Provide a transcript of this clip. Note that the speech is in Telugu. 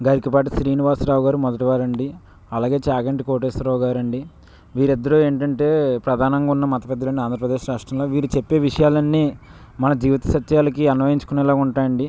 గరికపాటి శ్రీనివాసరావు గారు మొదటివారండి అలాగే చాగంటి కోటేశ్వరావు గారండి వీరిద్దరూ ఏంటంటే ప్రధానంగా ఉన్న మత పెద్దలండి ఆంధ్రప్రదేశ్ రాష్ట్రంలో వీరు చెప్పే విషయాలన్నీ మన జీవిత సత్యాలకి అనువయించుకునేలాగా ఉంటాయండి